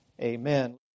amen